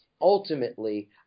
Ultimately